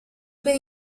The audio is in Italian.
per